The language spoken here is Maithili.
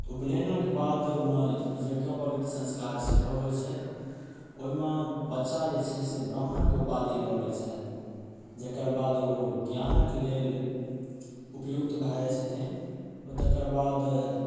उपनयन के बाद यज्ञोपवीत संस्कार सेहो होइ छै ओहिमे बच्चा जे छै से ब्राह्मण के उपाधि लऽ लै छथि जकर बाद ओ ज्ञानक लेल उपयुक्त भऽ जाइत छथिन ओ तेकर बाद